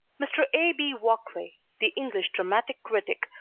mr. a. b. walkley, the english dramatic critic,